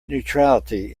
neutrality